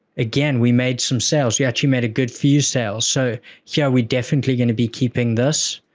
again, we made some sales. we actually made a good few sales. so, here we definitely going to be keeping this.